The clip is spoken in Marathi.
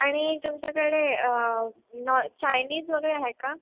आणि तुमच्याकडे नॉ चायनीज वगैरे आहे का